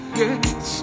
yes